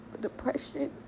depression